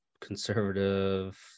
conservative